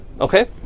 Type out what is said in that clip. Okay